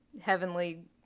heavenly